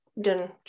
done